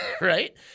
right